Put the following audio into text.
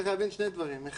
צריך להבין פה שני דברים: אחד,